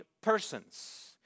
persons